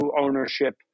ownership